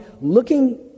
looking